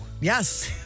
Yes